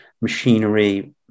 machinery